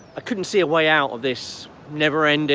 i couldn't see a way out of this never-ending